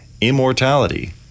immortality